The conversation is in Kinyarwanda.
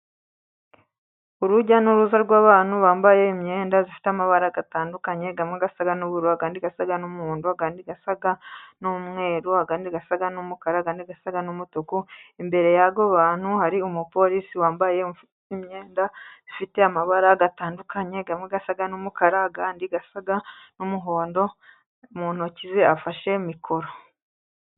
Irujya n'uruza rw'abantu bambaye imyenda ifite amabara atandukanye, amwe asa n'ubururu, ayandi asa n'umuhondo, ayasa n'umweru, asa n'umukara, ayandi asa n'umutuku, imbere y'abo bantu hari umupolisi wambaye imyenda ifite amabara atandukanye, amwe asa n'umukara, ayandi asa n'umuhondo, mu ntoki ze afashe mikoro.